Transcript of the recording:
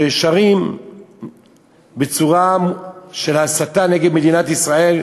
ששרים בצורה של הסתה נגד מדינת ישראל,